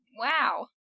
wow